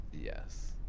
yes